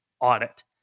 audit